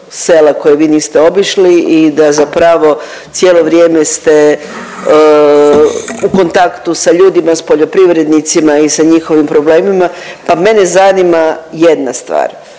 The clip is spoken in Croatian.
sela koje vi niste obišli i da zapravo cijelo vrijeme ste u kontaktu sa ljudima, sa poljoprivrednicima i sa njihovim problemima, pa mene zanima jedna stvar